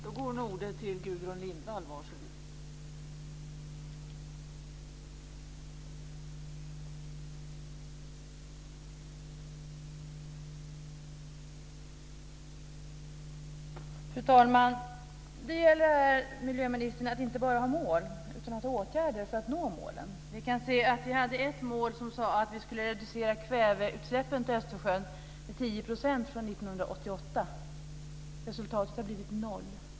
Fru talman! Det gäller, miljöministern, att inte bara ha mål utan att också ha åtgärder för att nå målen. Vi kan se att vi hade ett mål om att vi skulle reducera kväveutsläppen till Östersjön med 10 % från 1988. Resultatet har blivit noll.